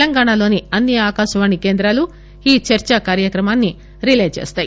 తెలంగాణలోని అన్ని ఆకాశవాణి కేంద్రాలు ఈ చర్చా కార్యక్రమాన్పి రిలే చేస్తాయి